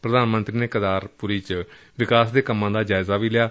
ਪ੍ਰਧਾਨ ਮੰਤਰੀ ਨੇ ਕੇਦਾਰਪੁਰੀ ਚ ਵਿਕਾਸ ਦੇ ਕੰਮਾ ਦਾ ਜਾਇਜ਼ਾ ਵੀ ਲਿਆ